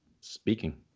speaking